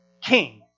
king